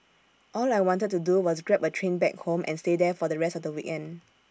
all I wanted to do was grab A train back home and stay there for the rest of the weekend